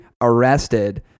arrested